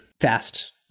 fast